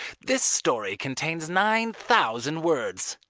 this story contains nine thousand words.